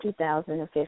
2015